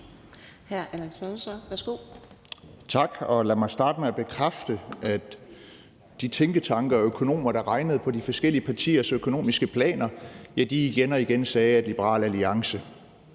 Tak, og lad mig starte med at bekræfte, at de tænketanke og økonomer, der regnede på de forskellige partiers økonomiske planer, igen og igen sagde, at Liberal Alliance